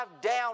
down